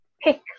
pick